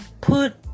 put